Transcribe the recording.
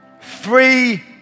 three